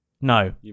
No